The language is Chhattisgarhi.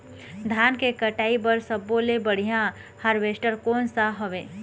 धान के कटाई बर सब्बो ले बढ़िया हारवेस्ट कोन सा हवए?